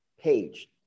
page